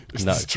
No